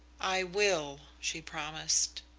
i will, she promised.